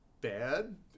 bad